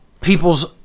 People's